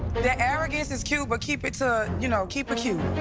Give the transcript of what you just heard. that arrogance is cute, but keep it to you know keep it cute.